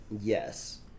yes